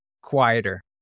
quieter